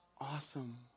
awesome